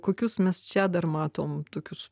kokius mes čia dar matom tokius